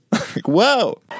whoa